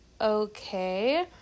okay